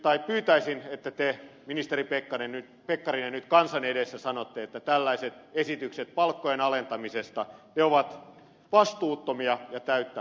pyytäisin että te ministeri pekkarinen nyt kansan edessä sanotte että tällaiset esitykset palkkojen alentamisesta ovat vastuuttomia ja täyttä hölynpölyä